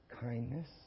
kindness